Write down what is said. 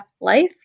life